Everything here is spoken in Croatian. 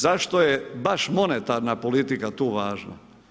Zašto je baš monetarna politika tu važna?